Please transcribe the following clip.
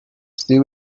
she